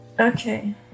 Okay